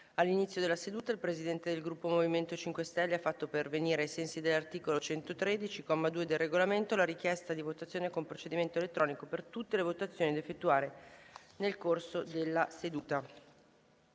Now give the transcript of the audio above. all'inizio della seduta il Presidente del Gruppo MoVimento 5 Stelle ha fatto pervenire, ai sensi dell'articolo 113, comma 2, del Regolamento, la richiesta di votazione con procedimento elettronico per tutte le votazioni da effettuare nel corso della seduta.